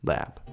Lab 。